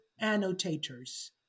annotators